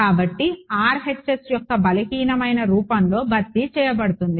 కాబట్టి RHS యొక్క బలహీనమైన రూపంలో భర్తీ చేయబడుతుంది